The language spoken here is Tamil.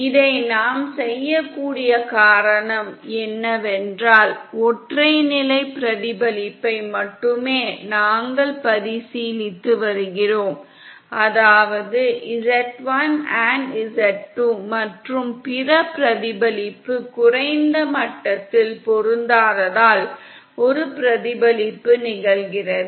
இதை நாம் செய்யக்கூடிய காரணம் என்னவென்றால் ஒற்றை நிலை பிரதிபலிப்பை மட்டுமே நாங்கள் பரிசீலித்து வருகிறோம் அதாவது z1 z2 மற்றும் பிற பிரதிபலிப்பு குறைந்த மட்டத்தில் பொருந்தாததால் ஒரு பிரதிபலிப்பு நிகழ்கிறது